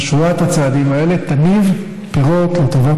ששורת הצעדים האלה תניב פירות לטובת